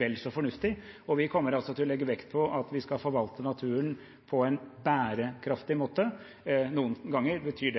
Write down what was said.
vel så fornuftig. Vi kommer til å legge vekt på å forvalte naturen på en bærekraftig måte. Noen ganger betyr det